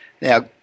Now